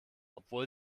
obwohl